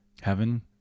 Heaven